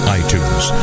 iTunes